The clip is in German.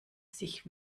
sich